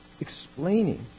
explaining